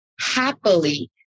happily